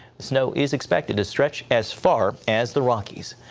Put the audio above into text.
snow is expected to stretch as far as the rockies.